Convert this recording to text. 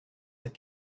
that